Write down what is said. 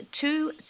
two